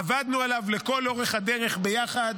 עבדנו עליו לכל אורך הדרך ביחד,